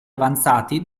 avanzati